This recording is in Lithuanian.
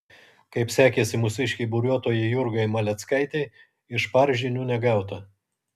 kaip sekėsi mūsiškei buriuotojai jurgai maleckaitei iš par žinių negauta